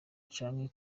canke